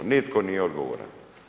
Nitko nije odgovoran.